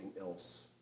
else